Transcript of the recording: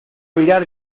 virar